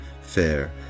fair